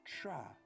try